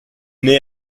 naît